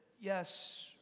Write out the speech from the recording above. yes